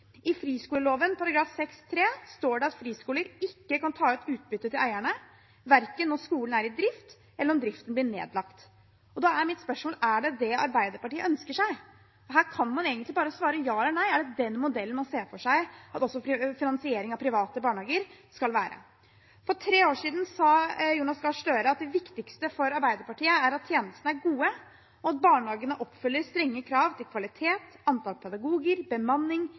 I friskoleloven § 6-3 står det at friskoler ikke kan ta ut utbytte til eierne verken når skolen er i drift, eller om driften blir nedlagt. Da er mitt spørsmål: Er det det Arbeiderpartiet ønsker seg? Her kan man egentlig bare svare ja eller nei. Er det den modellen man ser for seg også for finansiering av private barnehager? For tre år siden sa representanten Jonas Gahr Støre at det viktigste for Arbeiderpartiet er at tjenestene er gode, og at barnehagene oppfyller strenge krav til kvalitet, antall pedagoger, bemanning,